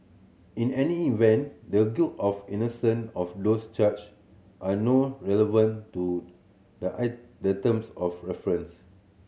in any event the guilt of innocence of those charged are no relevant to the I the terms of reference